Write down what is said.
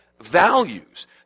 values